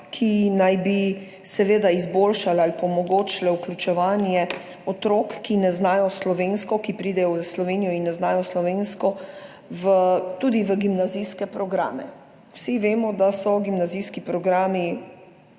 ki naj bi seveda izboljšale ali pa omogočile vključevanje otrok, ki ne znajo slovensko, ki pridejo v Slovenijo in ne znajo slovensko, tudi v gimnazijske programe. Vsi vemo, da so gimnazijski programi